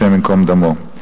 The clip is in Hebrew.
השם ייקום דמו.